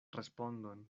respondon